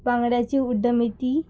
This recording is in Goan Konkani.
बांगड्याची उड्डमेथी